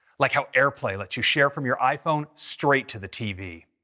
like how airplay lets you share from your iphone straight to the tv.